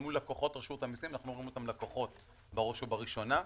אנחנו רואים את הלקוחות בראש ובראשונה,